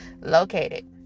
located